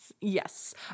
yes